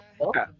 Okay